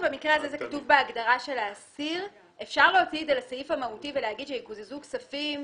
(ב) אין בהוראות סעיף זה כדי לגרוע מהוראות סעיף 3 לחוק זכויות החולה,